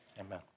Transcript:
Amen